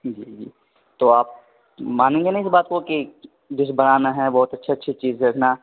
جی جی تو آپ مانیں گے نا اس بات کو کہ ڈش بنانا ہے بہت اچھے اچھی چیز رکھنا